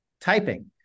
typing